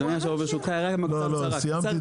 אני מבקש